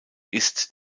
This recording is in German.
ist